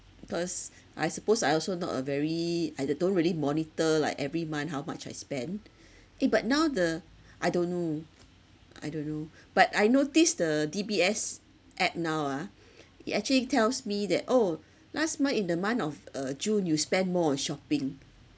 because I suppose I also not a very I do~ don't really monitor like every month how much I spend eh but now the I don't know I don't know but I noticed the D_B_S app now ah it actually tells me that oh last month in the month of uh june you spend more on shopping